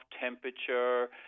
temperature